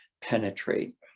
penetrate